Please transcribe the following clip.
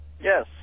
Yes